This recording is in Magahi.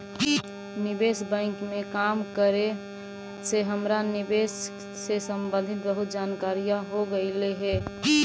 निवेश बैंक में काम करे से हमरा निवेश से संबंधित बहुत जानकारियाँ हो गईलई हे